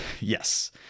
yes